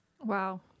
Wow